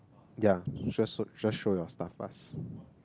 ya sho~ just show your staff pass